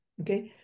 Okay